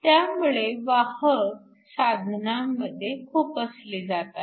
त्यामुळे वाहक साधनामध्ये खुपसले जातात